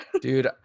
Dude